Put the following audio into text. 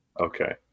Okay